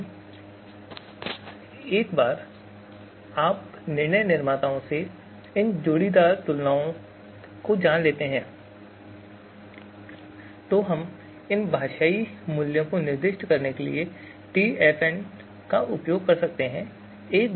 अब एक बार जब आप निर्णय निर्माताओं से इन जोड़ीदार तुलनाओं को जान लेते हैं तो हम इन भाषाई मूल्यों को निर्दिष्ट करने के लिए टीएफएन का उपयोग कर सकते हैं